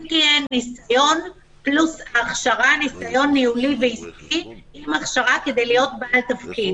מספיק ניסיון ניהולי ועסקי פלוס הכשרה כדי להיות בעל תפקיד.